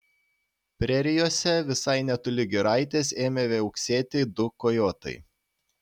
prerijose visai netoli giraitės ėmė viauksėti du kojotai